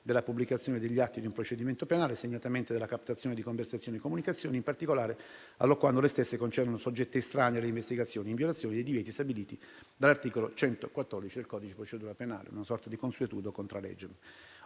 della pubblicazione degli atti di un procedimento penale e segnatamente della captazione di conversazioni e comunicazioni, in particolare allorquando le stesse concernono soggetti estranei alle investigazioni, in violazione dei divieti stabiliti dall'articolo 114 del codice di procedura penale: una sorta di *consuetudo contra legem.*